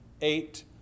eight